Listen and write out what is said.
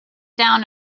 down